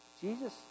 Jesus